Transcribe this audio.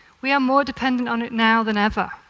we are more dependent on it now than ever.